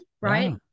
Right